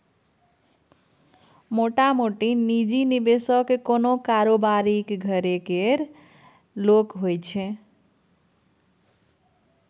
मोटामोटी निजी निबेशक कोनो कारोबारीक घरे केर लोक होइ छै